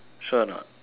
sure or not